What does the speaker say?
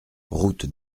route